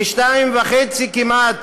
וכמעט